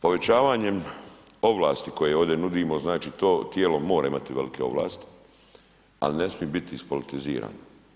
Povećavanjem ovlasti koje ovdje nudimo, znači to tijelo mora imati velike ovlasti, a li ne smije biti ispolitizirano.